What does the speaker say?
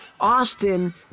Austin